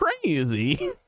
crazy